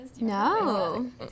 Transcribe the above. No